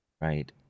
right